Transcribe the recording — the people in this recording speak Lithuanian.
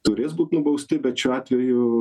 turės būt nubausti bet šiuo atveju